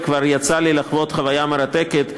וכבר יצא לי לחוות חוויה מרתקת,